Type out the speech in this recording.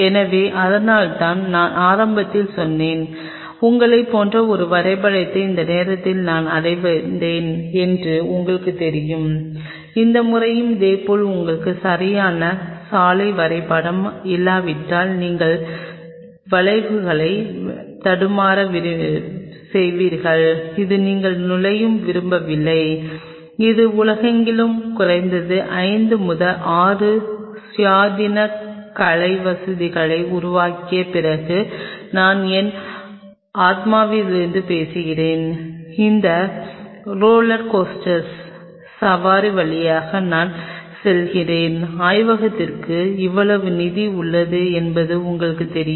எனவே அதனால்தான் நான் ஆரம்பத்தில் சொன்னேன் உங்களைப் போன்ற ஒரு வரைபடத்தை இந்த நேரத்தில் நான் அடைவேன் என்று உங்களுக்குத் தெரியும் இந்த முறையும் இதேபோல் எங்களிடம் சரியான சாலை வரைபடம் இல்லாவிட்டால் நீங்கள் விளைவுகளைத் தடுமாறச் செய்வீர்கள் இது நீங்கள் நுழைய விரும்பவில்லை இது உலகெங்கிலும் குறைந்தது 5 முதல் 6 சுயாதீன கலை வசதிகளை உருவாக்கிய பிறகு நான் என் ஆத்மாவிலிருந்து பேசுகிறேன் அந்த ரோலர் கோஸ்டர் சவாரி வழியாக நான் சென்றிருக்கிறேன் ஆய்வகத்திற்கு இவ்வளவு நிதி உள்ளது என்பது உங்களுக்குத் தெரியும்